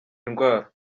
indwara